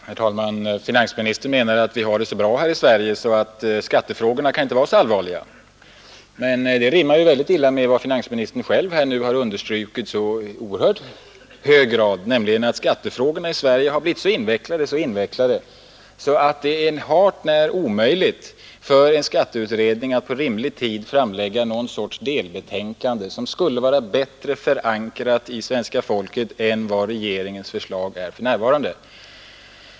Herr talman! Finansministern menar att vi har det så bra här i Sverige att skattefrågorna inte kan vara så allvarliga. Men det rimmar ju väldigt illa med vad finansministern själv här har understrukit så oerhört kraftigt, nämligen att skattefrågorna i Sverige har blivit så invecklade, att det är hart när omöjligt för en skatteutredning att på en rimlig tid framlägga någon sorts delbetänkande som skulle vara bättre förankrat hos svenska folket än vad regeringens förslag är för närvarande.